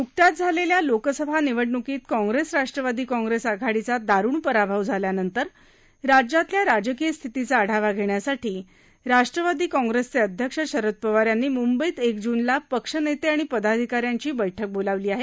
नुकत्याच झालेल्या लोकसभा निवडणुकीत काँग्रेस राष्ट्रवादी काँग्रेस आघाडीचा दारुण पराभव झाल्यानंतर राज्यातल्या राजकीय स्थितीचा आढावा घेण्यासाठी राष्ट्रवादी काँग्रेसचे अध्यक्ष शरद पवार यांनी मुंबईत एक जूनला पक्ष नेते आणि पदाधिकारच्यांची बैठक बोलावली आहे